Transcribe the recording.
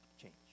change